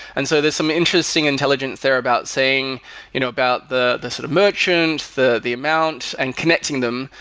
and so there's some interesting intelligent there about saying you know about the the sort of merchant, the the amounts and connecting them.